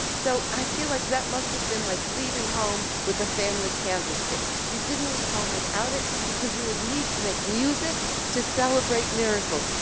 so i feel like that must have been like leaving home with the family candlesticks. you didn't leave home without it because you would need to make music to celebrate miracles.